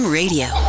radio